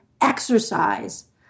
exercise